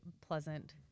pleasant